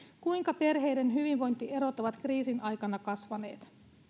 kuinka perheiden hyvinvointierot ovat kriisin aikana kasvaneet